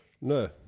No